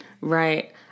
Right